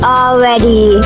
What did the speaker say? already